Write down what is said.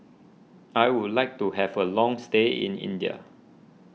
I would like to have a long stay in India